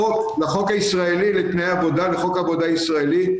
לחוק עבודה ישראלי,